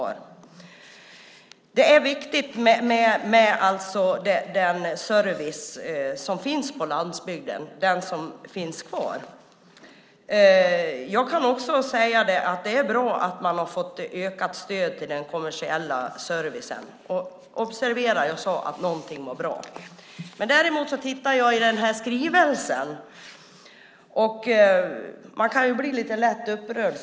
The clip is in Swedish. Det är viktigt med den service som finns på landsbygden, alltså den som finns kvar. Det är bra att man fått ökat stöd till den kommersiella servicen - observera att jag sade att någonting var bra. När man tittar i skrivelsen kan man däremot bli lätt upprörd.